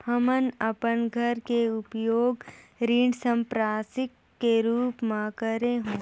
हमन अपन घर के उपयोग ऋण संपार्श्विक के रूप म करे हों